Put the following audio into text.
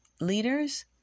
leaders